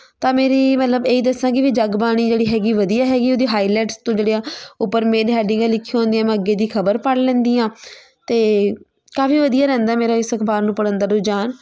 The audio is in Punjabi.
ਤਾਂ ਮੇਰੀ ਮਤਲਬ ਇਹ ਦੱਸਾਂਗੀ ਵੀ ਜਗਬਾਣੀ ਜਿਹੜੀ ਹੈਗੀ ਵਧੀਆ ਹੈਗੀ ਉਹਦੀ ਹਾਈਲਾਈਟਸ ਤੋਂ ਜਿਹੜੇ ਆ ਉੱਪਰ ਮੇਨ ਹੈਡਿੰਗ ਲਿਖੀਆਂ ਹੁੰਦੀਆਂ ਮੈਂ ਅੱਗੇ ਦੀ ਖਬਰ ਪੜ੍ਹ ਲੈਂਦੀ ਹਾਂ ਅਤੇ ਕਾਫੀ ਵਧੀਆ ਰਹਿੰਦਾ ਮੇਰੇ ਇਸ ਅਖਬਾਰ ਨੂੰ ਪੜ੍ਹਨ ਦਾ ਰੁਝਾਨ